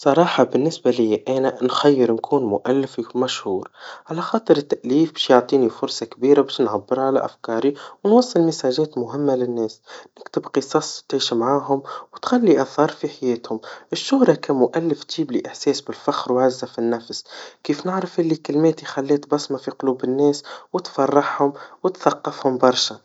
بصراحا بالنسبا ليا أنا, نخير نكون مؤلف يك- مشهور, على خاطر التأليف باش يعطيني فرصا كبيرا باش نعبر عن أفكاري, ونوصل رسائل مهمة للناس, ونكتب قصص تعيش معاهم, وتخلي أثر في حياتهم, الشهرا كمؤلف تجيبلي إحساس بالفخر وعزا في النفس, كيف نعرف اللي كلمات خلت بصما في قلوب الناس, وتفرحهم, وتثقفهم برشا.